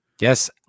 yes